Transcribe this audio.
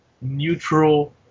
neutral